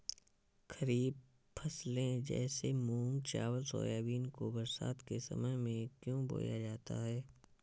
खरीफ फसले जैसे मूंग चावल सोयाबीन को बरसात के समय में क्यो बोया जाता है?